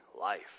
life